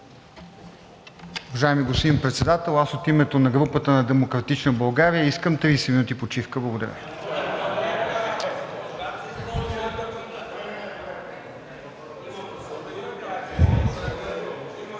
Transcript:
Уважаеми господин Председател, аз от името на групата на „Демократична България“ искам 30 минути почивка. (Шум